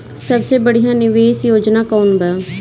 सबसे बढ़िया निवेश योजना कौन बा?